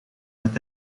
met